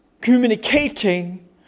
communicating